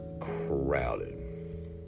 crowded